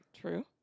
True